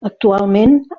actualment